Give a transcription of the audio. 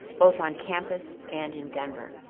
both on campus and in denver,